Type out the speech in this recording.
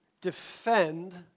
defend